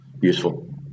useful